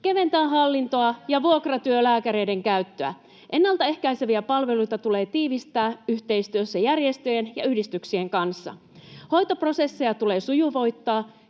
keventämään hallintoa ja vuokratyölääkäreiden käyttöä. Ennalta ehkäiseviä palveluita tulee tiivistää yhteistyössä järjestöjen ja yhdistyksien kanssa. Hoitoprosesseja tulee sujuvoittaa,